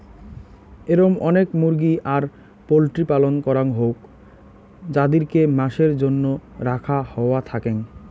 এরম অনেক মুরগি আর পোল্ট্রির পালন করাং হউক যাদিরকে মাসের জন্য রাখা হওয়া থাকেঙ